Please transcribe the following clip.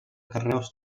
carreus